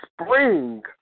spring